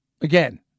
again